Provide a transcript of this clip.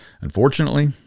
unfortunately